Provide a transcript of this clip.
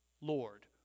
Lord